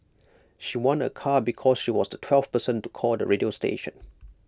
she won A car because she was the twelfth person to call the radio station